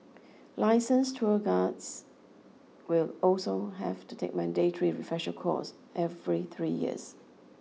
licensed tour guards will also have to take mandatory refresher course every three years